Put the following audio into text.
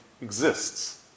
exists